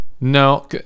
No